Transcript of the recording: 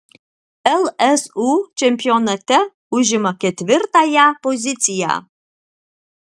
lsu čempionate užima ketvirtąją poziciją